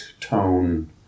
tone